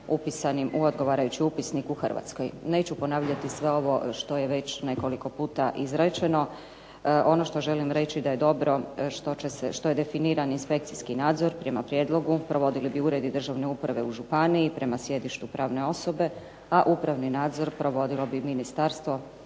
upisanim u odgovarajući upisnik u Hrvatskoj. Neću ponavljati sve ovo što je već nekoliko puta izrečeno. Ono što želim reći da je dobro što će se, što je definiran inspekcijski nadzor prema prijedlogu, provodili bi uredi Državne uprave u županiji prema sjedištu pravne osobe, a upravni nadzor provodilo bi ministarstvo,